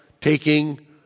taking